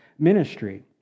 Ministry